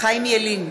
חיים ילין,